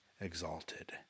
exalted